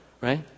right